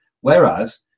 Whereas